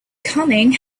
coming